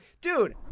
dude